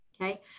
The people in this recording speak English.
okay